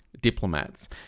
diplomats